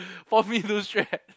force me to shred